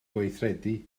gweithredu